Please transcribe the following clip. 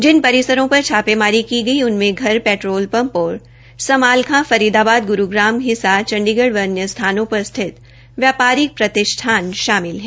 जिन परिसरों का छापेमारी की गई उनमें घर पैट्रोल पम्प और समालखां फरीदाबाद ग्रूग्राम हिसार चंडीगढ़ व अन्य स्थानों पर स्थित व्यापारिक प्रतिष्ठान शामिल है